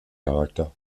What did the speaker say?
charakter